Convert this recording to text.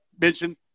mention